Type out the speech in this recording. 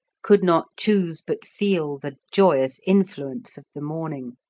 could not choose but feel the joyous influence of the morning.